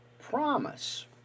promise